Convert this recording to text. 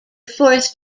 fourth